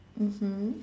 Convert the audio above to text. mmhmm